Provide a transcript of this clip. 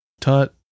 tut